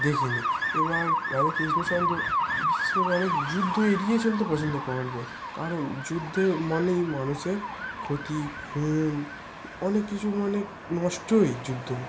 দেখিনি এবার রাজা কৃষ্ণচন্দ্র বিশেষ করে অনেক যুদ্ধ এড়িয়ে চলতে পছন্দ করতেন কারণ যুদ্ধ মানেই মানুষের ক্ষতি খুন অনেক কিছু মানে নষ্টই যুদ্ধ